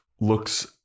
looks